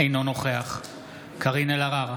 אינו נוכח קארין אלהרר,